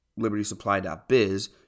libertysupply.biz